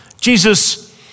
Jesus